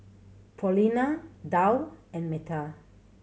Paulina Dow and Metta